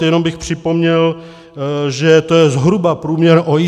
Jenom bych připomněl, že to je zhruba průměr OECD.